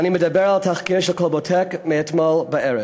אני מדבר על תחקיר של "כלבוטק" מאתמול בערב.